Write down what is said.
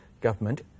government